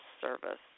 service